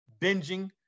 binging